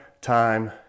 time